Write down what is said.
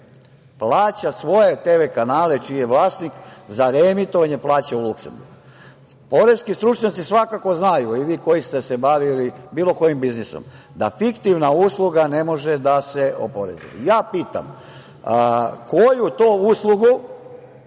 plaća svoje tv kanale, čiji vlasnik za reemitovanje plaća u Luksemburgu. Poreski stručnjaci svakako znaju, i vi koji ste se bavili bilo kojim biznisom, da fiktivna usluga ne može da se oporezuje. Ja pitam, koju to uslugu